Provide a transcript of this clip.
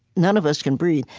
none of us can breathe.